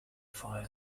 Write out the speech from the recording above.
fire